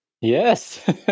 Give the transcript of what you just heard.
Yes